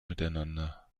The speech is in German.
miteinander